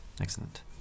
Excellent